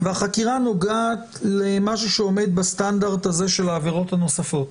והחקירה נוגעת למשהו שעומד בסטנדרט הזה של העבירות הנוספות,